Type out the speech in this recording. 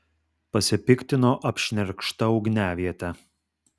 pasipiktino apšnerkšta ugniaviete